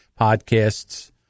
podcasts